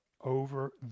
over